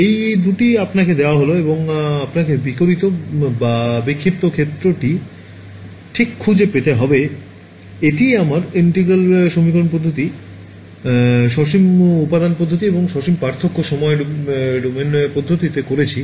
এই দুটি আপনাকে দেওয়া হল এবং আপনাকে বিকিরিত বা বিক্ষিপ্ত ক্ষেত্রটি ঠিক খুঁজে পেতে হবে এটিই আমরা ইন্টিগ্রাল সমীকরণ পদ্ধতি সসীম উপাদান পদ্ধতি এবং সসীম পার্থক্য সময় ডোমেন পদ্ধতিতে করেছি